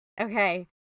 Okay